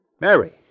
Mary